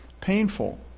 painful